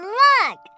look